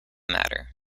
matter